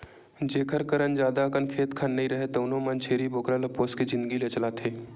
जेखर करन जादा अकन खेत खार नइ राहय तउनो मन छेरी बोकरा ल पोसके जिनगी ल चलाथे